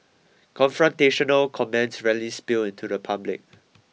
confrontational comments rarely spill into the public